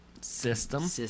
System